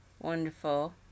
wonderful